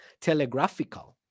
telegraphical